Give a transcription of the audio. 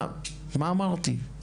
מה אמרתי?